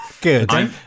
Good